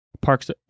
parks